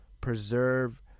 preserve